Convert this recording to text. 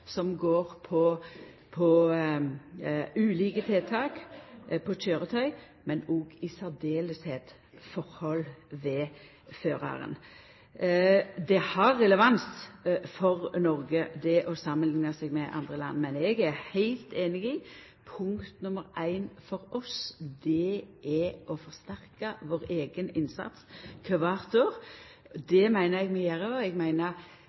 som går på ulike tiltak når det gjeld køyretøy, men òg særleg i høve til føraren. Det har relevans for Noreg å samanlikna seg med andre land. Men eg er heilt einig i at punkt nr. 1 for oss er å forsterka vår eigen innsats kvart år. Det meiner eg vi gjer, og eg meiner